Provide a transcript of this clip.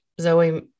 Zoe